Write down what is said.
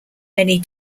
many